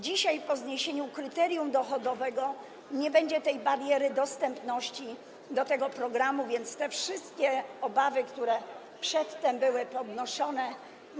Dzisiaj, po zniesieniu kryterium dochodowego, nie będzie tej bariery dostępności tego programu, więc wszystkie obawy, które przedtem były wyrażane.